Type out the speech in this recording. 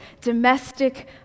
domestic